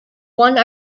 one